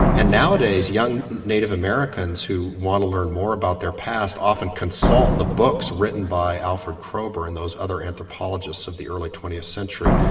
and nowadays young native americans who want to learn more about their past often consult the books written by alfred kroeber and those other anthropologists of the early twentieth century.